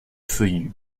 feuillus